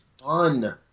fun